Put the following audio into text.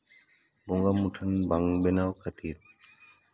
ᱵᱚᱸᱜᱟ ᱢᱩᱴᱷᱟᱹᱱ ᱵᱟᱝ ᱵᱮᱱᱟᱣ ᱠᱷᱟᱹᱛᱤᱨ